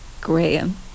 Graham